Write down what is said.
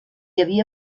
havia